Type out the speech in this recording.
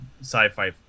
sci-fi